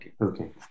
Okay